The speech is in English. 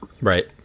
Right